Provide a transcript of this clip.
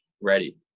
ready